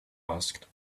asked